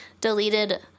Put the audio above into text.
deleted